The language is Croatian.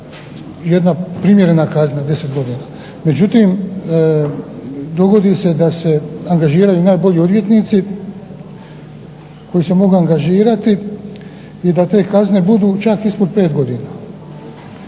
jedna primjerena kazna, 10 godina. Međutim, dogodi se da se angažiraju najbolji odvjetnici koji se mogu angažirati i da te kazne budu čak ispod 5 godina.